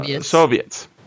Soviets